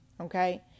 Okay